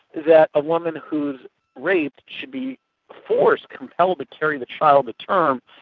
that a woman who's raped should be forced, compelled, to carry the child to term,